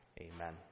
Amen